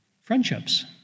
Friendships